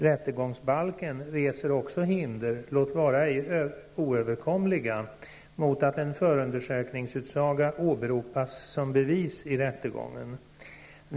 Rättegångsbalken reser också hinder, låt vara ej oöverkomliga, mot att en förundersökningsutsaga åberopas som bevis i rättegången.